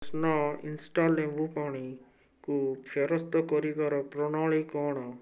Rasna instant ଲେମ୍ବୁପାଣି କୁ ଫେରସ୍ତ କରିବାର ପ୍ରଣାଳୀ କ'ଣ